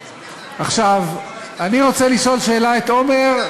עכשיו אני רוצה לשאול שאלה את עמר,